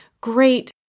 great